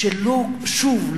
שוב,